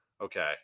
okay